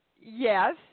yes